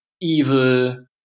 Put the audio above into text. evil